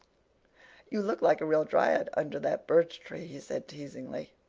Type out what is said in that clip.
you look like a real dryad under that birch tree, he said teasingly.